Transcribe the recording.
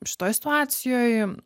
šitoj situacijoj